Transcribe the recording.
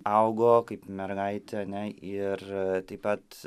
augo kaip mergaitė ane ir taip pat